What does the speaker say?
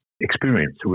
experience